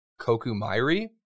Kokumairi